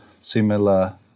similar